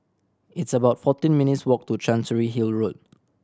it's about fourteen minutes' walk to Chancery Hill Road